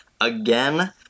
Again